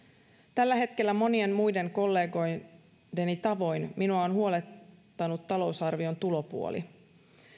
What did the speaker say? tällä hetkellä monien muiden kollegoideni tavoin minua on huolettanut talousarvion tulopuoli